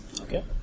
Okay